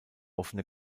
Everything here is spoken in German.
offene